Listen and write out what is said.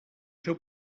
seu